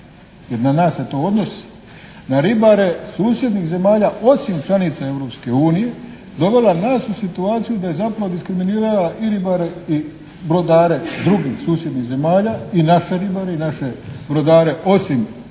jer na nas se to odnosi, na ribare susjednih zemalja osim članica Europske unije dovela nas u situaciju da je zapravo diskriminirala i ribare i brodare drugih susjednih zemalja i naše ribare i naše brodare osim Europske